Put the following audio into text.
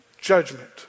judgment